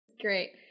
Great